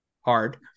hard